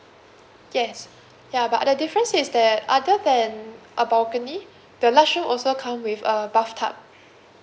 yes ya but the difference is that other than a balcony the large room also come with a bathtub